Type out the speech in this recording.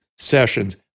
sessions